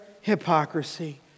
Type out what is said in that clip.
hypocrisy